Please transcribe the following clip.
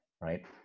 right